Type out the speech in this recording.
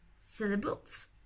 syllables